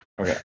Okay